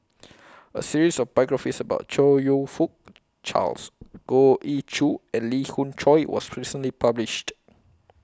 A series of biographies about Chong YOU Fook Charles Goh Ee Choo and Lee Khoon Choy was recently published